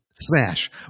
smash